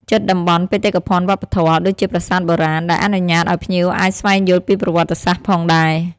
ជិតតំបន់បេតិកភណ្ឌវប្បធម៌ ដូចជាប្រាសាទបុរាណ ដែលអនុញ្ញាតឲ្យភ្ញៀវអាចស្វែងយល់ពីប្រវត្តិសាស្ត្រផងដែរ។